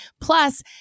Plus